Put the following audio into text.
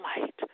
light